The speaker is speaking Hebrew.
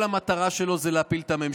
איזה בלם יהיה על הכוח שיש לממשלה?